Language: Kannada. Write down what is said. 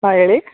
ಹಾಂ ಹೇಳಿ